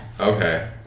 Okay